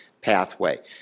pathway